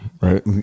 right